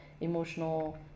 emotional